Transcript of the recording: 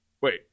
wait